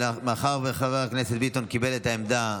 מאחר שחבר הכנסת ביטון קיבל את העמדה,